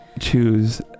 choose